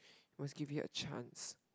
must give you a chance